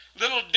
little